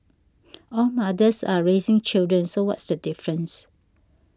all mothers are raising children so what's the difference